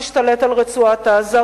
שהשתלט על רצועת-עזה,